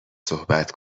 صحبت